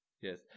Yes